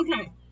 Okay